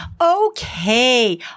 Okay